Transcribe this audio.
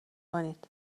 کنید